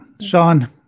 Sean